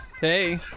hey